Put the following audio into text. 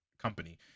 company